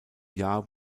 jahr